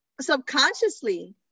subconsciously